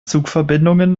zugverbindungen